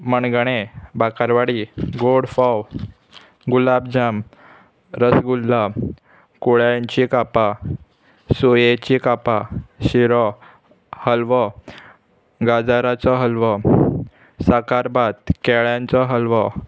मणगणे बाकरवाडी गोड फोव गुलाब जाम रसगुल्ला कुळ्यांचीं कापां सोयेचीं कापां शिरो हलवो गाजराचो हलवो साकारभात केळ्यांचो हलवो